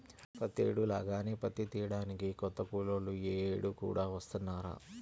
ప్రతేడు లాగానే పత్తి తియ్యడానికి కొత్త కూలోళ్ళు యీ యేడు కూడా వత్తన్నారా